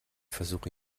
versuche